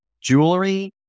jewelry